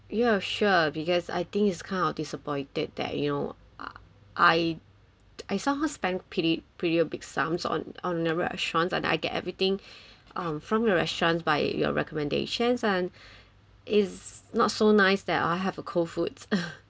ya sure because I think is kind of disappointed that you know ah I I saw her spend pretty pretty big sums on on the restaurants and I get everything um from your restaurant by your recommendations and is not so nice that I have a cold foods